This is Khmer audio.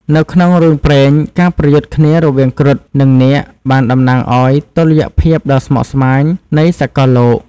នៅក្នុងរឿងព្រេង ការប្រយុទ្ធគ្នារវាងគ្រុឌ និងនាគបានតំណាងឲ្យតុល្យភាពដ៏ស្មុគស្មាញនៃសកលលោក។